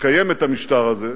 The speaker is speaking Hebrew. לקיים את המשטר הזה,